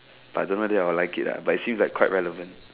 but I don't know whether I will like it ah but it seems like quite relevant